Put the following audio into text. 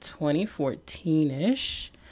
2014-ish